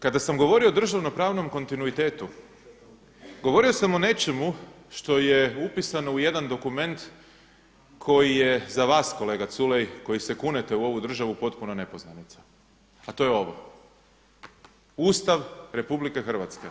Kada sam govorio o državnopravnom kontinuitetu, govorio sam o nečemu što je upisano u jedan dokument koji je za vas kolega Culej koji se kunete u ovu državu potpuno nepoznanica, a to je ovo, Ustav Republike Hrvatske.